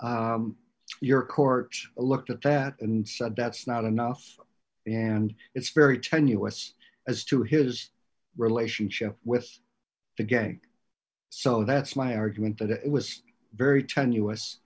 act your court looked at that and said that's not enough and it's very tenuous as to his relationship with the gang so that's my argument that it was very tenuous